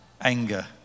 Anger